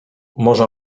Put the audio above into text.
może